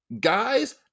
Guys